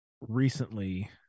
recently